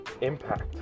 impact